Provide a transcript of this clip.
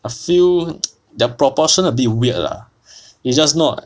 a few the proportion a bit weird lah it's just not